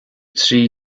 trí